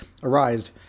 arised